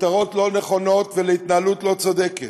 מטרות לא נכונות והתנהלות לא צודקת.